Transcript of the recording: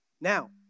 Now